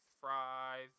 fries